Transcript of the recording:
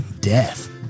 death